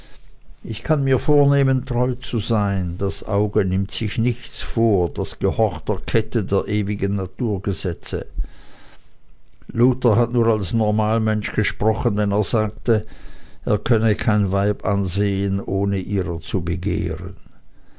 ich kann mir vornehmen treu zu sein das auge nimmt sich nichts vor das gehorcht der kette der ewigen naturgesetze luther hat nur als normalmensch gesprochen wenn er sagte er könne kein weib ansehen ohne ihrer zu begehren